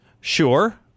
Sure